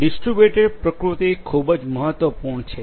distributed પ્રકૃતિ ખૂબ જ મહત્વપૂર્ણ છે